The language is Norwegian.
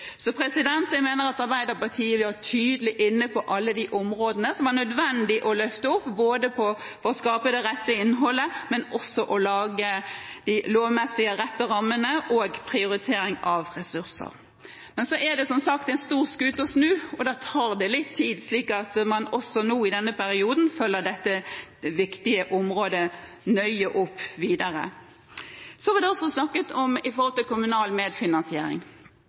Jeg mener at Arbeiderpartiet har vært tydelig inne på alle de områdene som det er nødvendig å løfte opp, både det å skape det rette innholdet, det å lage de lovmessig rette rammene og prioritering av ressurser. Men det er som sagt en stor skute å snu, og da tar det litt tid, så man må også nå i denne perioden følge dette viktige området nøye opp videre. Det har vært snakket om kommunal medfinansiering. Lokalt i